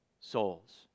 souls